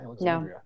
No